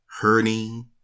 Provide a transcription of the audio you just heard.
hurting